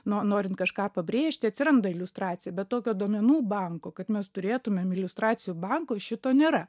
no norint kažką pabrėžti atsiranda iliustracija bet tokio duomenų banko kad mes turėtumėm iliustracijų banko šito nėra